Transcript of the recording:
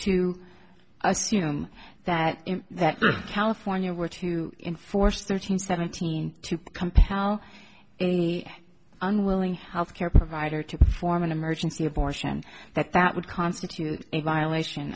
assume that that california were to enforce thirteen seventeen to compel any unwilling health care provider to perform an emergency abortion that that would constitute a violation